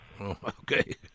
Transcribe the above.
Okay